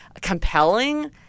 compelling